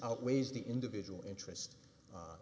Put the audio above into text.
outweighs the individual interest